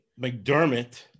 McDermott